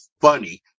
funny